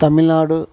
Tamil Nadu